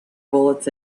bullets